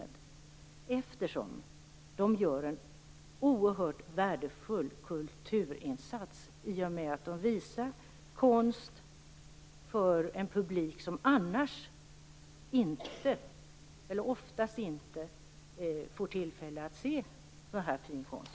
De gör ju en oerhört värdefull kulturinsats, i och med att de visar konst för en publik som oftast inte får tillfälle att se så fin konst.